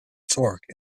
torque